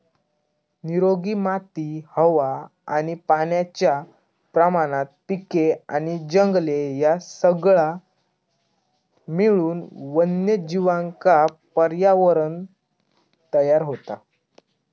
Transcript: निरोगी माती हवा आणि पाण्याच्या प्रमाणात पिके आणि जंगले ह्या सगळा मिळून वन्यजीवांका पर्यावरणं तयार होता